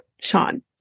Sean